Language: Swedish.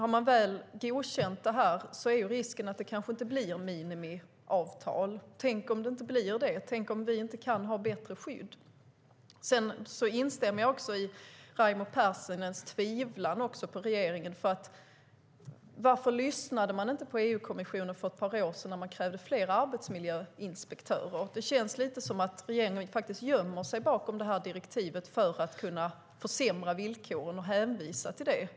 Har man väl godkänt detta är risken att det inte blir minimiavtal. Tänk om det inte blir det! Tänk om vi inte kan ha bättre skydd! Jag instämmer i Raimo Pärssinens tvivel på regeringen. Varför lyssnade man inte när EU-kommissionen för ett par år sedan krävde fler arbetsmiljöinspektörer? Det känns lite som att regeringen gömmer sig bakom det här direktivet för att kunna försämra villkoren och hänvisa till det.